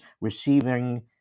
receiving